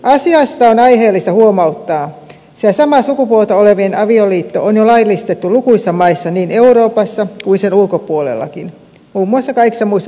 asiasta on aiheellista huomauttaa sillä samaa sukupuolta olevien avioliitto on jo laillistettu lukuisissa maissa niin euroopassa kuin sen ulkopuolellakin muun muassa kaikissa muissa pohjoismaissa